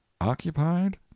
occupied